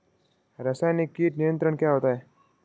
रसायनिक कीट नियंत्रण क्या होता है?